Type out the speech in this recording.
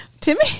Timmy